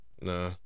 Nah